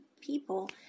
people